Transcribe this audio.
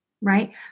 right